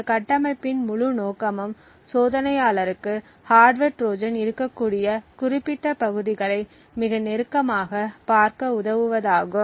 இந்த கட்டமைப்பின் முழு நோக்கமும் சோதனையாளருக்கு ஹார்ட்வர் ட்ரோஜன் இருக்க கூடிய குறிப்பிட்ட பகுதிகளை மிக நெருக்கமாக பார்க்க உதவுவதாகும்